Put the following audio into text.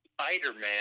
Spider-Man